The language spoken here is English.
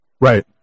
Right